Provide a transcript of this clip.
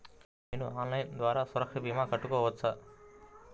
నేను ఆన్లైన్ ద్వారా సురక్ష భీమా కట్టుకోవచ్చా?